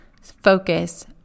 focus